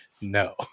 no